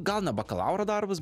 gal ne bakalauro darbas